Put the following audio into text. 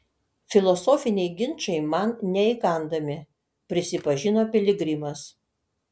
filosofiniai ginčai man neįkandami prisipažino piligrimas